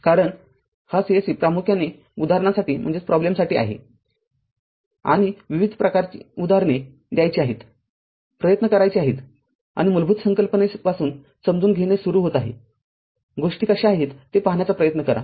कारण हा c se प्रामुख्याने उदाहरणांसाठी आहे आणि विविध प्रकारची उदाहरणे द्यायची आहेतप्रयत्न करायचे आहेत आणि मूलभूत संकल्पनेपासून समजून घेणे सुरू होत आहे गोष्टी कशा आहेत हे पहाण्याचा प्रयत्न करा